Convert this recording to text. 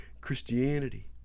Christianity